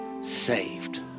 saved